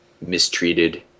mistreated